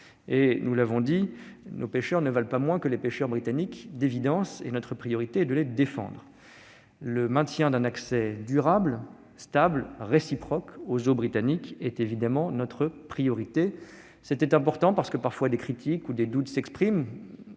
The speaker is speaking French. Nous l'avons dit, nos pêcheurs ne valent pas moins que les pêcheurs britanniques, et notre priorité est de les défendre. Le maintien d'un accès durable, stable et réciproque aux eaux britanniques est évidemment notre priorité. Il importait de le rappeler clairement, parce que des critiques ou des doutes s'expriment